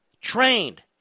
trained